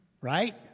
Right